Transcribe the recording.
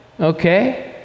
okay